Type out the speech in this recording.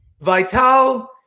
Vital